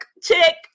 chick